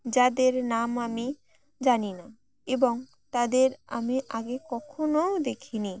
যাদের নাম আমি জানি না এবং তাদের আমি আগে কখনোও দেখিনি